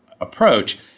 approach